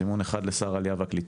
זימון אחד לשר העלייה והקליטה,